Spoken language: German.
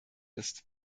ist